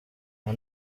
nta